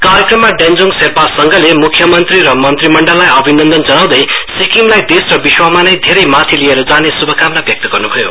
कार्यक्रममा डेञ्जोङ शेर्पा संघले मुख्यमन्त्री मन्त्रीमण्डललाई अभिनन्दन जनाउँदै सिक्किमलाई देश र विश्वमा नै धेरै माथि लिएर जाने श्भकामना व्यक्त गर्यो